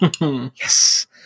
yes